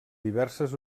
diverses